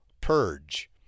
purge